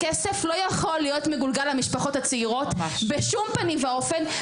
הכסף לא יכול להיות מגולגל למשפחות הצעירות בשום פנים ואופן,